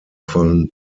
von